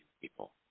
people